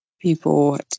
people